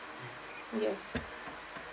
yes